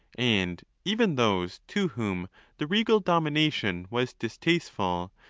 and even those to whom the regal domination was distasteful,